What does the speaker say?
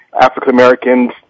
African-Americans